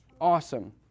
awesome